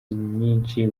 nyinshi